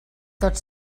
tot